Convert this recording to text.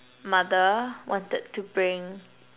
mother wanted to bring